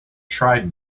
tried